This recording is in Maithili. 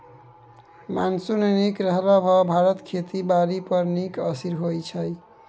मॉनसून नीक रहला सँ भारत मे खेती बारी पर नीक असिर होइ छै